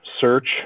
search